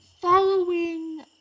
Following